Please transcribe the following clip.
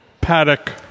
paddock